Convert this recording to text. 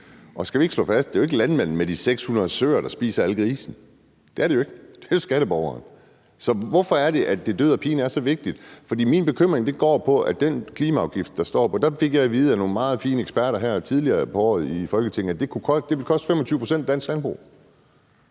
Skal vi ikke slå fast, at det jo ikke er landmændene med de 600 søer, der spiser alle grisene? Det er det jo ikke, det er skatteborgerne. Så hvorfor er det, at det død og pine er så vigtigt? Min bekymring går på, at den klimaafgift – det fik jeg at vide af nogle meget kloge eksperter her tidligere på året i Folketinget – ville koste dansk landbrug